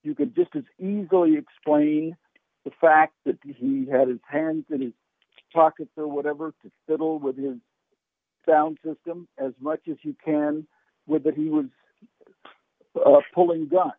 you could just as easily explain the fact that he had his hands in his pockets or whatever to diddle with the sound system as much as you can with that he was pulling gun